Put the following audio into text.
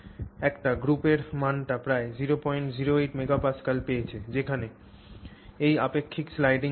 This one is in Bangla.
একটি গ্রুপ এই মানটি প্রায় 008 mega Pascal পেয়েছে যেখানে এই আপেক্ষিক স্লাইডিং ঘটে